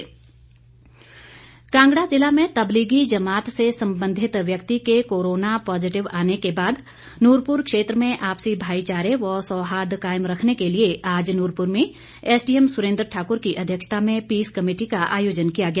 बैठक कांगड़ा जिला में तबलीगी जमात से संबंधित व्यक्ति के कोरोना पॉजिटिव आने के बाद नूरपुर क्षेत्र में आपसी भाईचारे व सौहार्द कायम रखने के लिए आज नूरपुर में एसडीएम सुरेंद्र ठाकुर की अध्यक्षता में पीस कमेटी का आयोजन किया गया